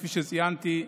כפי שציינתי,